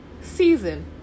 season